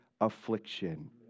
affliction